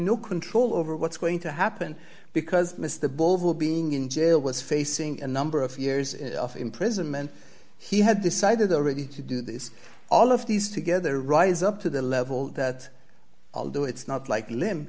no control over what's going to happen because i missed the ball being in jail was facing a number of years of imprisonment he had decided already to do this all of these together rise up to the level that although it's not like limb